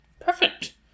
Perfect